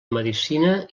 medicina